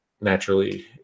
naturally